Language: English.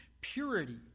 purity